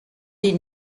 des